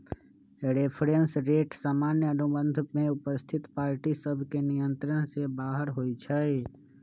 reference rate सामान्य अनुबंध में उपस्थित पार्टिय सभके नियंत्रण से बाहर होइ छइ